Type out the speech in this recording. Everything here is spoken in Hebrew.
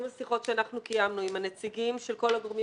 אחרי השיחות שאנחנו קיימנו עם הנציגים של כל הגורמים